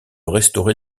restaurer